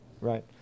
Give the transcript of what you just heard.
Right